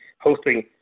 hosting